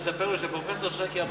תספר לו שפרופסור שאקי המנוח,